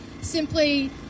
simply